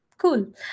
Cool